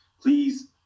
please